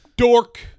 Dork